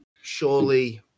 surely